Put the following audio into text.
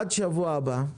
עד השבוע הבא,